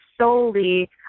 solely